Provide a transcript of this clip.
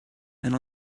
and